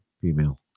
female